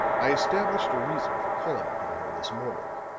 i established a reason for calling upon her this morning,